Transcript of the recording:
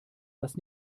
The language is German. was